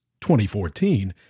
2014